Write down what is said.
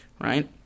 right